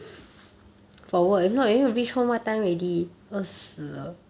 for work